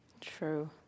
True